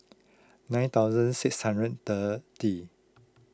nine thousand six hundred thirty